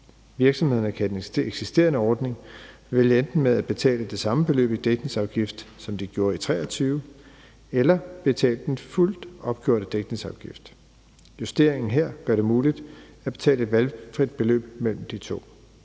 Virksomhederne kan i den eksisterende ordning vælge enten at betale det samme beløb i dækningsafgift, som de gjorde i 2023, eller betale den fuldt opgjorte dækningsafgift. Justeringen her gør det muligt at betale et valgfrit beløb, altså